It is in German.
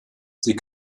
sie